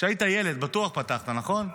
כשהיית ילד בטוח פתחת, נכון?